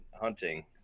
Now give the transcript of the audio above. hunting